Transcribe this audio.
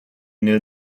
knew